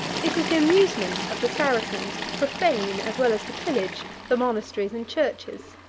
it was the amusement of the saracens to profane, as well as to pillage, the monasteries and churches.